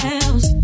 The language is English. else